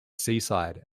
seaside